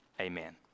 Amen